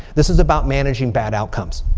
this is about managing bad outcomes.